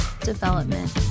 Development